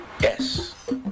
Yes